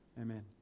Amen